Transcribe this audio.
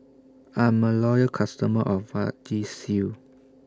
I'm A Loyal customer of Vagisil